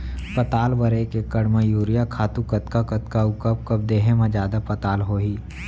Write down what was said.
पताल बर एक एकड़ म यूरिया खातू कतका कतका अऊ कब कब देहे म जादा पताल होही?